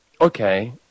okay